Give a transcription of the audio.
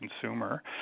consumer